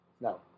No